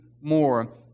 more